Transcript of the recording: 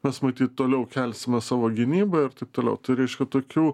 mes matyt toliau kelsime savo gynybą ir taip toliau tai reiškia tokių